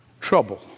trouble